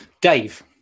Dave